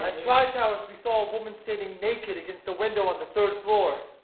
ah tri towers, we saw a woman standing naked against the window on the third floor.